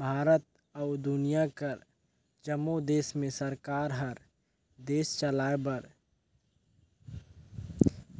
भारत अउ दुनियां कर जम्मो देस में सरकार हर देस चलाए बर